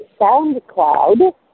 SoundCloud